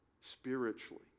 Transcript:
spiritually